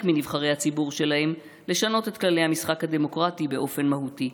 מנבחרי הציבור שלהם לשנות את כללי המשחק הדמוקרטי באופן מהותי.